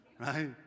Right